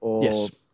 Yes